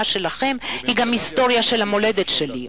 שלכם היא גם ההיסטוריה של המולדת שלי.